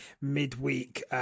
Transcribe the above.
midweek